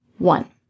One